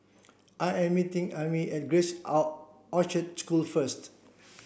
I am meeting Amie at Grace Orchard School first